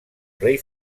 rei